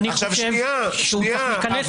ולדעתי, הוא צריך להיכנס לכאן.